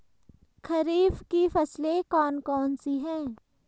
खरीफ की फसलें कौन कौन सी हैं?